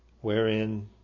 wherein